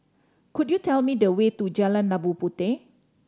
could you tell me the way to Jalan Labu Puteh